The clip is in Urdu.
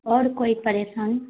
اور کوئی پریشانی